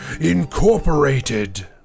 incorporated